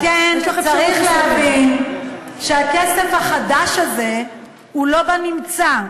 על כן צריך להבין שהכסף החדש הזה הוא לא בנמצא.